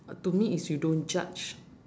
to me is you don't judge